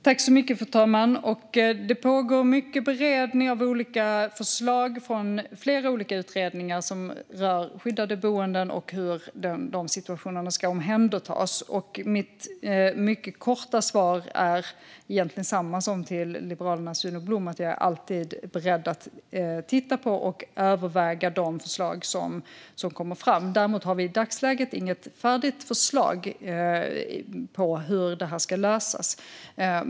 Fru talman! Det pågår mycket beredning av olika förslag från flera olika utredningar som rör skyddade boenden och hur de situationerna ska omhändertas. Mitt mycket korta svar är egentligen samma som till Liberalernas Juno Blom, att jag alltid är beredd att titta på och överväga de förslag som kommer fram. I dagsläget har vi inget färdigt förslag på hur det här ska lösas.